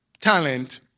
talent